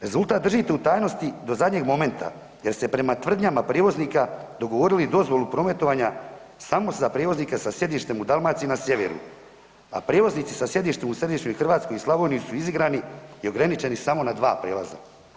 Rezultat držite u tajnosti do zadnjeg momenta jer ste prema tvrdnjama prijevoznika dogovorili dozvolu prometovanja samo za prijevoznike sa sjedištem u Dalmaciji na sjeveru, a prijevoznici sa sjedištem u središnjoj Hrvatskoj i Slavoniji su izigrani i ograničeni samo na dva prijelaza.